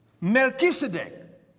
Melchizedek